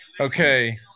Okay